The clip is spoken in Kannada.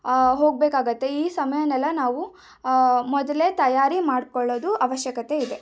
ಹೋಗಬೇಕಾಗತ್ತೆ ಈ ಸಮಯನೆಲ್ಲ ನಾವು ಮೊದಲೇ ತಯಾರಿ ಮಾಡ್ಕೊಳ್ಳೋದು ಅವಶ್ಯಕತೆ ಇದೆ